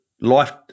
life